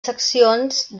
seccions